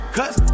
Cause